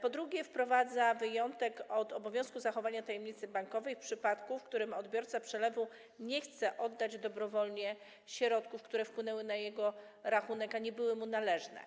Po drugie, wprowadza wyjątek od obowiązku zachowania tajemnicy bankowej w przypadku, w którym odbiorca przelewu nie chce oddać dobrowolnie środków, które wpłynęły na jego rachunek, a nie były mu należne,